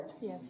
Yes